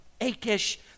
Achish